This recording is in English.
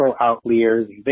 outliers